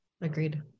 Agreed